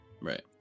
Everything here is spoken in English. Right